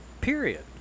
period